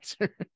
answer